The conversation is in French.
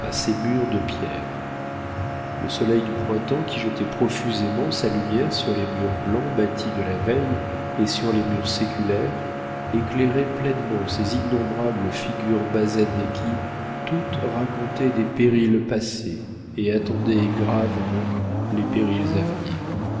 ces murs de pierre le soleil du printemps qui jetait profusément sa lumière sur les murs blancs bâtis de la veille et sur les murs séculaires éclairait pleinement ces innombrables figures basanées qui toutes racontaient des périls passés et attendaient gravement les périls